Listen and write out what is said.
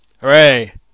Hooray